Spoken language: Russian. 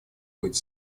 быть